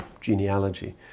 genealogy